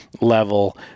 level